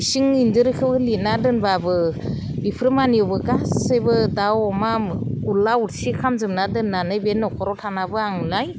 इसिं इन्जुरखौ लिरना दोनबाबो बिफोर मानियावबो गासैबो दाउ अमा उरला उरसि खालामजोबना दोननानै बे न'खराव थानाबो आं नुनाय